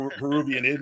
peruvian